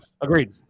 Agreed